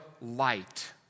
light